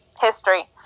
history